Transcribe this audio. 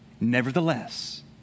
Nevertheless